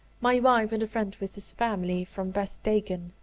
my wife and a friend with his family, from beth-dagon,